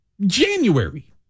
January